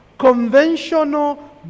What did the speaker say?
Conventional